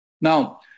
Now